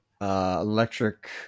Electric